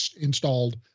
installed